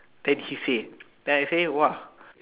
then he say then I say !wah!